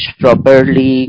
properly